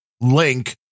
link